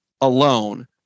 alone